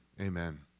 amen